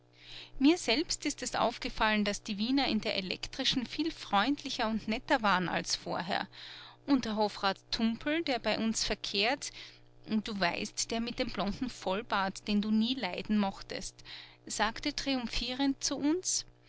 mir selbst ist es aufgefallen daß die wiener in der elektrischen viel freundlicher und netter waren als vorher und der hofrat tumpel der bei uns verkehrt du weißt der mit dem blonden vollbart den du nie leiden mochtest sagte triumphierend zu uns